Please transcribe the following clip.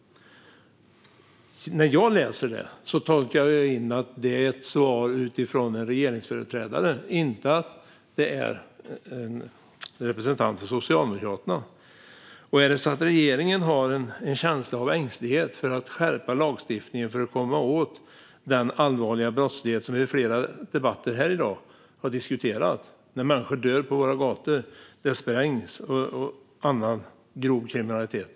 När jag läser det tolkar jag in att det är ett svar från en regeringsföreträdare, inte en representant för Socialdemokraterna. Är det så att regeringen har en känsla av ängslighet inför att skärpa lagstiftningen för att komma åt den allvarliga brottslighet som vi i flera debatter här i dag har diskuterat, när människor dör på våra gator, det sprängs och det sker annan grov kriminalitet?